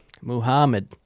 Muhammad